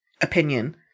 opinion